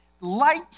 Light